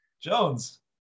Jones